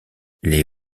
les